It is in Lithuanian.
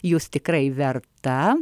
jūs tikrai verta